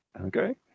Okay